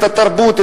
התרבות,